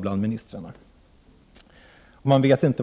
bland ministrarna är alltså total.